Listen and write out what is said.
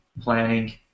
planning